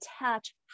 attach